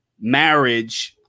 marriage